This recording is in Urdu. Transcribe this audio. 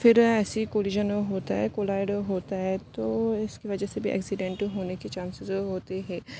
پھر ایسے ہی کوریجنو ہوتا ہے کولائیڈو ہوتا ہے تو اس کی وجہ سے بھی ایکسیڈنٹ ہونے کے چانسز ہوتے ہے